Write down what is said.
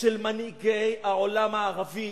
של מנהיגי העולם הערבי,